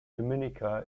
dominica